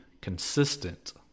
consistent